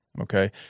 Okay